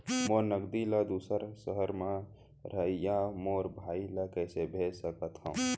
मोर नगदी ला दूसर सहर म रहइया मोर भाई ला कइसे भेज सकत हव?